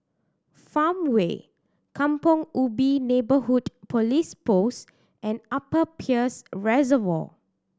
Farmway Kampong Ubi Neighbourhood Police Post and Upper Peirce Reservoir